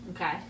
Okay